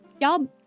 Y'all